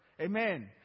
Amen